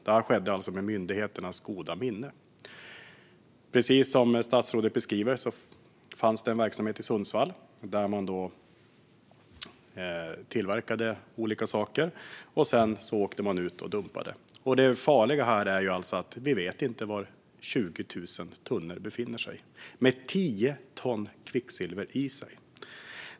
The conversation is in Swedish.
Det här skedde alltså med myndigheternas goda minne. Precis som statsrådet beskriver fanns det en verksamhet i Sundsvall där man tillverkade olika saker och sedan åkte ut och dumpade avfall. Det farliga här är alltså att vi inte vet var dessa 20 000 tunnor med tio ton kvicksilver befinner sig.